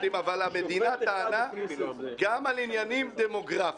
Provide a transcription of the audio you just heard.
אבל המדינה טענה גם על עניינים דמוגרפיים.